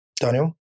Daniel